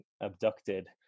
abducted